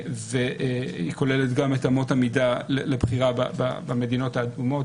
היא כוללת גם את אמות המידה לבחירה במדינות האדומות,